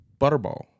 Butterball